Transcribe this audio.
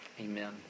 Amen